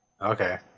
Okay